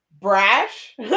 brash